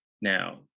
now